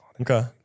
Okay